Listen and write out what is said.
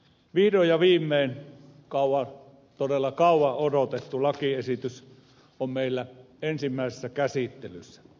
vihdoin ja viimein todella kauan odotettu lakiesitys on meillä ensimmäisessä käsittelyssä